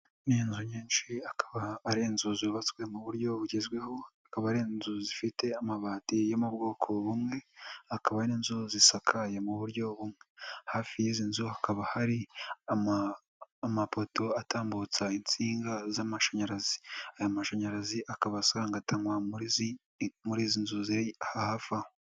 Ni inzu nyinshi akaba ari inzu zubatswe mu buryo bugezweho, akaba ari inzu zifite amabati yo mu bwoko bumwe, akaba n'inzu zisakaye mu buryo bumwe, hafi y'izi nzu hakaba hari amapoto atambutsa insinga z'amashanyarazi, aya mashanyarazi akaba asangatanywa muri izi nzu ziri hafi aha.